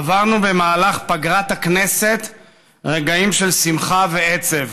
עברנו במהלך פגרת הכנסת רגעים של שמחה ועצב.